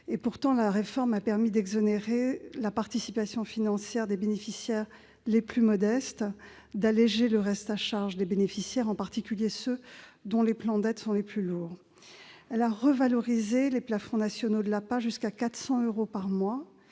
Pourtant, la réforme a permis d'exonérer de participation financière les bénéficiaires les plus modestes, d'alléger le reste à charge des bénéficiaires, en particulier de ceux dont les plans d'aide sont les plus lourds. Elle a revalorisé les plafonds nationaux de l'APA, jusqu'à hauteur de 400 euros par mois